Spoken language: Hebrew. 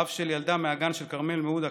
אב של ילדה מהגן של כרמל מעודה.